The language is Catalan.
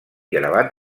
gravat